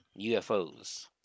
UFOs